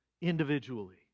individually